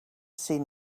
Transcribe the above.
seen